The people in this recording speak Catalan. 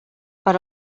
per